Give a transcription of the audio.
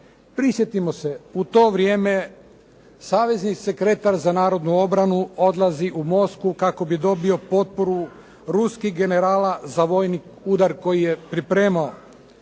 Prisjetimo se u to vrijeme savezi sekretar za narodnu obranu odlazi u Moskvu kako bi dobio potporu ruskih generala za vojni udar koji je pripremao.